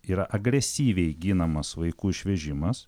yra agresyviai ginamas vaikų išvežimas